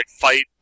fight